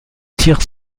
tire